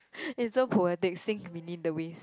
it's so poetic think beneath the ways